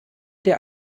der